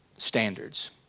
Standards